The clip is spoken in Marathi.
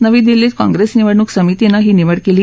नवी दिल्लीत काँप्रेस निवडणूक समितीनं ही निवड केली